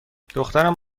دخترم